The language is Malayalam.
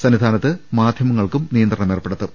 സന്നിധാനത്ത് മാധ്യ മങ്ങൾക്കും നിയന്ത്രണമേർപ്പെടുത്തും